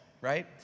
right